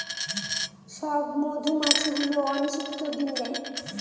সব মধুমাছি গুলো অনিষিক্ত ডিম দেয়